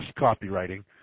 copywriting